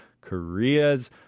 Korea's